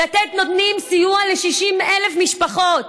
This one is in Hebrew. לתת נותנים סיוע ל-60,000 משפחות,